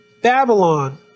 Babylon